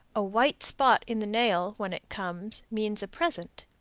a white spot in the nail, when it comes, means a present.